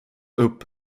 upp